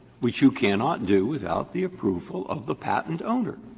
which you cannot do without the approval of the patent owner.